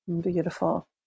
Beautiful